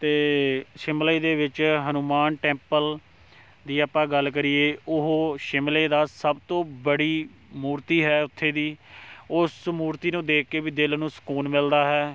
ਅਤੇ ਸ਼ਿਮਲੇ ਦੇ ਵਿੱਚ ਹਨੂੰਮਾਨ ਟੈਂਪਲ ਦੀ ਆਪਾਂ ਗੱਲ ਕਰੀਏ ਉਹ ਸ਼ਿਮਲੇ ਦਾ ਸਭ ਤੋਂ ਬੜੀ ਮੂਰਤੀ ਹੈ ਉੱਥੇ ਦੀ ਉਸ ਮੂਰਤੀ ਨੂੰ ਦੇਖ ਕੇ ਵੀ ਦਿਲ ਨੂੰ ਸਕੂਨ ਮਿਲਦਾ ਹੈ